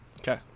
Okay